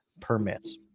permits